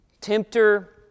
Tempter